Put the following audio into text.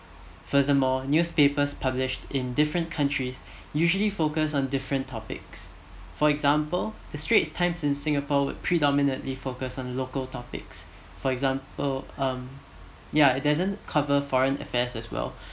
furthermore newspapers published in different countries usually focus on different topics for example the straits times in singapore would predominantly focus on local topics for example um ya it doesn't cover for foreign affairs as well